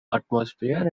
atmosphere